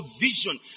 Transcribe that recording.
vision